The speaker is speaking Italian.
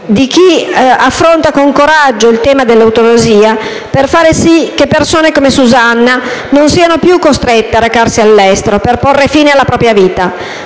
occorra affrontare con coraggio il tema dell'eutanasia per far sì che persone come Susanna non siano più costrette a recarsi all'estero per porre fine alla propria vita,